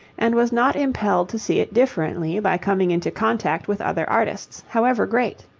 and was not impelled to see it differently by coming into contact with other artists, however great.